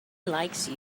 likes